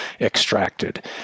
extracted